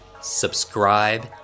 subscribe